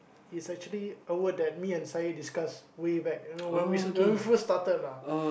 is actually a word that me and Syed discuss way back you know when we when we first started lah